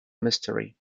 mystery